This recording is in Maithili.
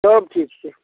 सब ठीक छै